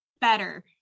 better